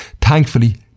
Thankfully